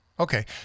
Okay